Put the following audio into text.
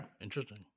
interesting